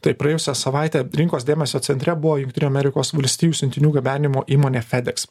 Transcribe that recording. taip praėjusią savaitę rinkos dėmesio centre buvo jungtinių amerikos valstijų siuntinių gabenimo įmonė fedex